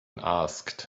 asked